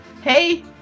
hey